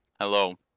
Hello